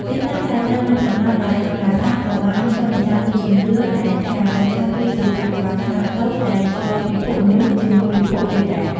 ទីតាំងដែលត្រូវបានកំណត់ដោយហោរាសាស្ត្រក៏បានឆ្លុះបញ្ចាំងពីជំនឿដែលថាប្រាសាទគឺជាចក្រវាឡខ្នាតតូចដែលភ្ជាប់ពិភពមនុស្សជាមួយពិភពទេវតា។